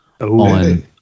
on